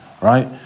right